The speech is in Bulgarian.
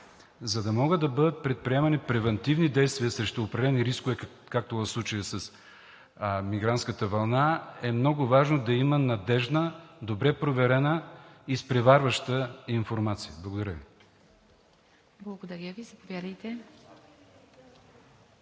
за да могат да бъдат предприемани превантивни действия срещу определени рискове, както в случая с мигрантската вълна, е много важно да има надеждна, добре проверена, изпреварваща информация. Благодаря Ви. ПРЕДСЕДАТЕЛ ИВА